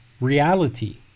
reality